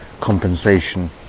compensation